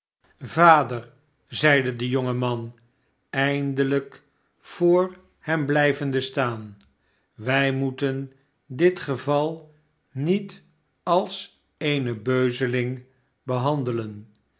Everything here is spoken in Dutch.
vader zeide de jongman eindelijk voor hem blijvende staan wij moeten dit geval niet als eene beuzeling behandelen